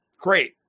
Great